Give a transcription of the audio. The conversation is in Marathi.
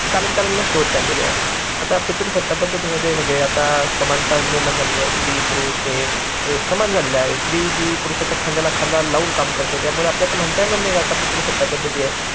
ती कालांतराने नष्ट होत चाललेली आहे आता पितृ सत्ता पद्धती मध्ये म्हणजे आता समानता निर्माण झालेली आहे स्त्री पुरुष हे समान झालेलं आहे स्त्री ही पुरुषाच्या खांद्याला खांदाला लावून काम करते त्यामुळे आपल्या का म्हणता येणार नाही का आता पितृसत्ता पद्धती आहे